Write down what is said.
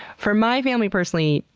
for my family, personally,